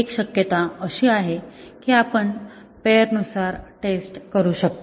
एक शक्यता अशी आहे की आपण पेअर नुसार टेस्ट करू शकतो